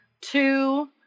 two